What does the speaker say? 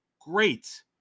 great